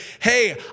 Hey